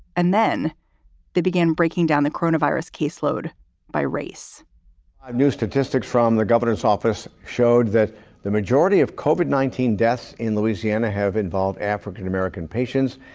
and then they begin breaking down the corona virus caseload by race new statistics from the governor's office showed that the majority of covered nineteen deaths in louisiana have involved african-american patients.